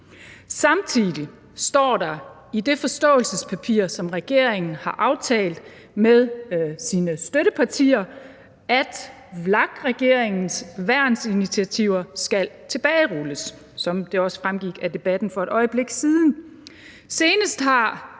Samtidig står der i det forståelsespapir, som regeringen har aftalt med sine støttepartier, at VLAK-regeringens værnsinitiativer skal tilbagerulles, sådan som det også fremgik af debatten for et øjeblik siden. Senest